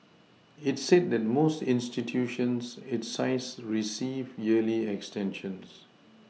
it said that most institutions its size receive yearly extensions